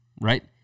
right